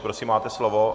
Prosím, máte slovo.